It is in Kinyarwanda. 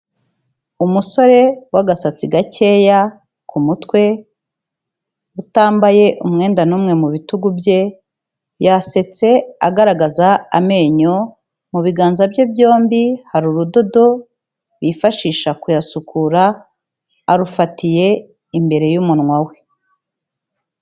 Umusore w'agasatsi gakeya ku mutwe, utambaye umwenda n'umwe mu bitugu bye, yasetse agaragaza amenyo, mu biganza bye byombi hari urudodo, bifashisha kuyasukura, arufatiye imbere y'umunwa we.